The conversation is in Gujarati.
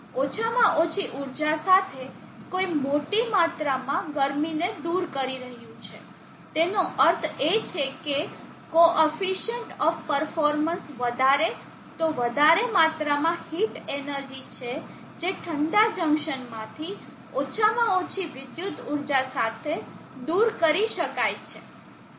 ઓછામાં ઓછી ઊર્જા સાથે કોઈ મોટી માત્રામાં ગરમીને દૂર કરી રહ્યું છે તેનો અર્થ એ છે કે કોફિશન્ટ ઓફ પરફોર્મન્સ વધારે તો વધારે માત્રામાં હીટ એનર્જી છે જે ઠંડા જંકશનમાંથી ઓછામાં ઓછી વિદ્યુત ઊર્જા સાથે દૂર કરી શકાય છે